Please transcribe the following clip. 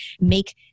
make